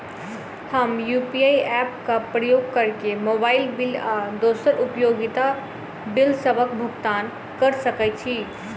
हम UPI app क उपयोग करके मोबाइल बिल आ दोसर उपयोगिता बिलसबक भुगतान कर सकइत छि